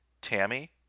Tammy